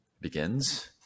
begins